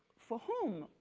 for whom,